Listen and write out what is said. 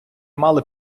мали